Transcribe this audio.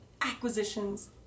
Acquisitions